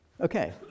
Okay